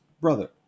brother